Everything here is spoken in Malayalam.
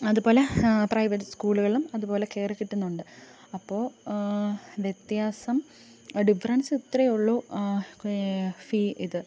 അതുപോലെ പ്രൈവറ്റ് സ്കൂളുകളിലും അതുപോലെ കെയറ് കിട്ടുന്നുണ്ട് അപ്പോൾ വ്യത്യാസം ഡിഫറെൻസ് ഇത്രയെയുള്ളൂ ഫീ ഇത്